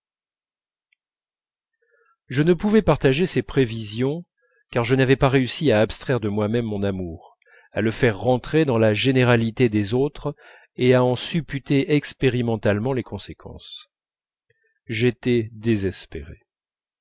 je ne pouvais partager ses prévisions car je n'avais pas réussi à abstraire de moi-même mon amour à le faire rentrer dans la généralité des autres et à en supporter expérimentalement les conséquences j'étais désespéré